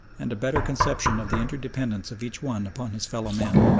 and a better conception of the interdependence of each one upon his fellow-men.